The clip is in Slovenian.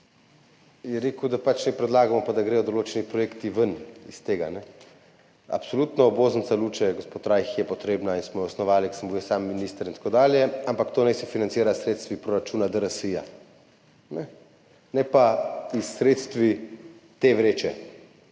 je rekel, da pač naj predlagamo pa da gredo določeni projekti ven iz tega. Absolutno obvoznica Luče, gospod Rajh, je potrebna in smo jo snovali, ko sem bil jaz sam minister in tako dalje, ampak to naj se financira s sredstvi proračuna DRSI, ne pa s sredstvi iz te vreče.